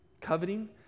Coveting